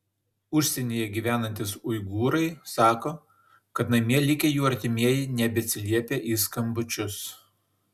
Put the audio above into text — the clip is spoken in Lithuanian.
užsienyje gyvenantys uigūrai sako kad namie likę jų artimieji nebeatsiliepia į skambučius